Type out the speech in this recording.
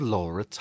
Laura